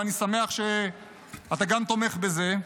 ואני שמח שגם אתה תומך בזה.